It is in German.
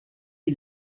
die